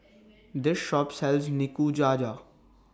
This Shop sells Nikujaga